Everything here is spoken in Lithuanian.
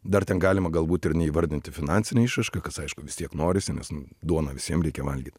dar ten galima galbūt ir neįvardinti finansine išraiška kas aišku vis tiek norisi nes duoną visiem reikia valgyt